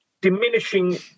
diminishing